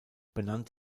benannt